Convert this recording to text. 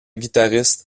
guitariste